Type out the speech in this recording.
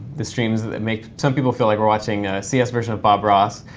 the streams that make some people feel like we're watching a cs version of bob ross.